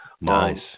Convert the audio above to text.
Nice